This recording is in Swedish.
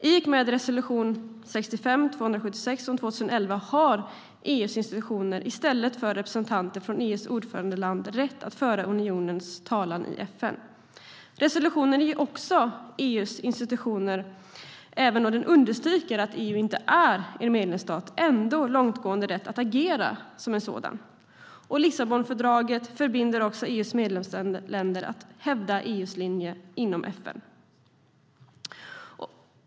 I och med resolution 65/276 från 2011 har EU:s institutioner, i stället för representanter från EU:s ordförandeland, rätt att föra unionens talan i FN. Resolutionen ger också EU:s institutioner, även då den understryker att EU inte är en medlemsstat, långtgående rätt att agera som en sådan. Lissabonfördraget förbinder också EU:s medlemsländer att hävda EU:s linje inom FN.